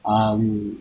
um